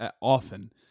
often